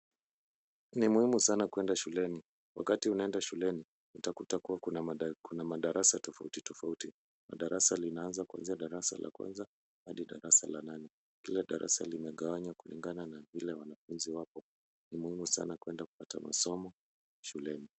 Ni muhimu sana kwenda shuleni wakati unaenda shuleni utakuja kua kuna madarasa tofauti tofauti. Darasa linaanza kwanzia darasa la kwaanza hadi darasa la nane. Kila darasa limegawanywa kulingana na vile wanafunzi wako. Ni muhimu sana kwenda kupata masomo shuleni.